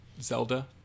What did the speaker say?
Zelda